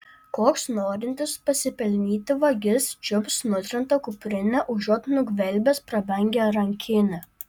koks norintis pasipelnyti vagis čiups nutrintą kuprinę užuot nugvelbęs prabangią rankinę